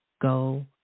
go